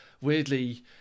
weirdly